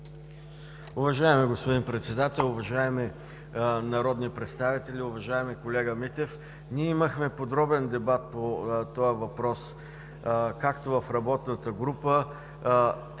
Уважаеми господин Председател, уважаеми народни представители! Уважаеми колега Митев, ние имахме подробен дебат по този въпрос както в работната група,